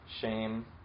shame